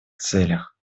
целях